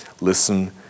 Listen